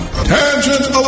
Tangent